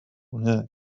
هناك